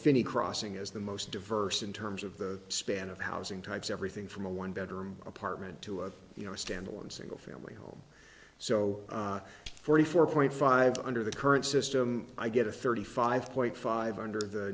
finny crossing is the most diverse in terms of the span of housing types everything from a one bedroom apartment to a you know standalone single family home so forty four point five under the current system i get a thirty five point five under